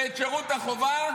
ואת שירות החובה,